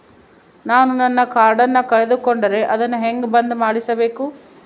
ನಾನು ನನ್ನ ಕಾರ್ಡನ್ನ ಕಳೆದುಕೊಂಡರೆ ಅದನ್ನ ಹೆಂಗ ಬಂದ್ ಮಾಡಿಸಬೇಕು?